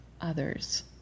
others